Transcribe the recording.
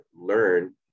learn